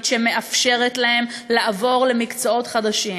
שמאפשרת להם לעבור למקצועות חדשים,